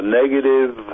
negative